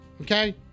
okay